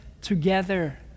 together